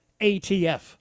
ATF